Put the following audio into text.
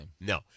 No